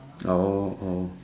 oh oh